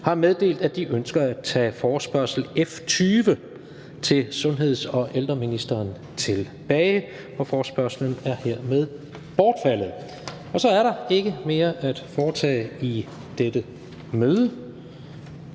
har meddelt, at de ønsker at tage forespørgsel nr. F 20 til sundheds- og ældreministeren tilbage. Forespørgslen er hermed bortfaldet. Så er der ikke mere at foretage i dette møde.